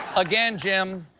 again, jim.